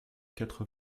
quatre